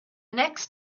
next